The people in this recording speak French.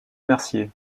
mercier